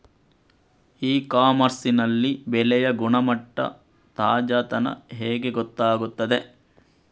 E commerce ನಲ್ಲಿ ಬೆಳೆಯ ಗುಣಮಟ್ಟ, ತಾಜಾತನ ಹೇಗೆ ಗೊತ್ತಾಗುತ್ತದೆ?